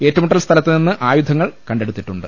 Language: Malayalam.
ഏറ്റുമുട്ടൽ സ്ഥലത്ത് നിന്ന് ആയുധങ്ങൾ കണ്ടെ ടുത്തിട്ടുണ്ട്